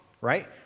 right